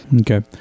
Okay